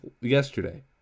Yesterday